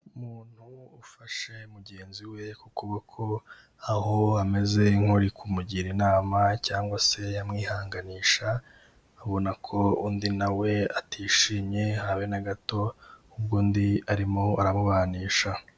Umuntu ufashe mugenzi we ku kuboko aho ameze nk'uri kumugira inama cyangwa se amwihanganisha, urabona ko undi nta we atishimye habe na gato ahubwo undi arimo aramubanisha.